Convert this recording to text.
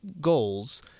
goals